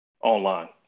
online